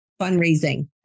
fundraising